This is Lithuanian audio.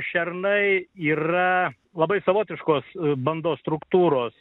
šernai yra labai savotiškos bandos struktūros